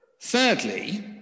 Thirdly